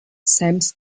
sams